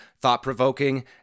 thought-provoking